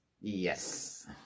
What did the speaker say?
Yes